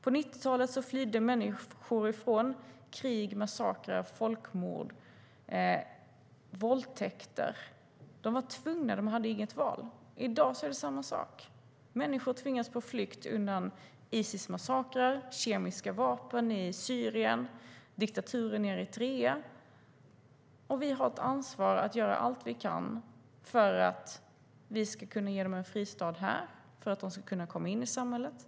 På 90-talet flydde människor från krig, massakrer, folkmord, våldtäkter. De var tvungna. De hade inget val. I dag är det samma sak. Människor tvingas på flykt undan Isis massakrer, kemiska vapen i Syrien, diktaturen i Eritrea. Vi har ett ansvar att göra allt vi kan för att ge dem en fristad här så att de ska komma in i samhället.